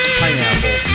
pineapple